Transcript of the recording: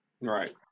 Right